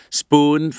spoon